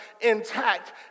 intact